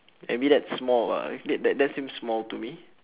I mean that small uh that that seems small to me